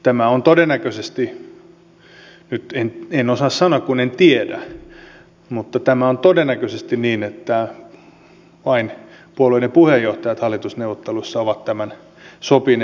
tämä on todennäköisesti niin nyt en osaa sanoa kun en tiedä että vain puolueiden puheenjohtajat hallitusneuvotteluissa ovat tämän sopineet